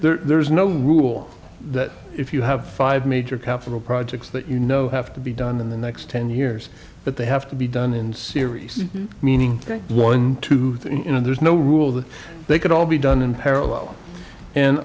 that there's no rule that if you have five major capital praja it's that you know have to be done in the next ten years but they have to be done in series meaning one two you know there's no rule that they can all be done in parallel and